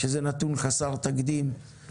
שזה נתון חסר תקדים,